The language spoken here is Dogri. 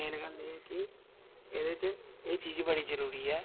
मेन गल्ल एह् ऐ कि एह्दे च एह् चीज बड़ी जरूरी ऐ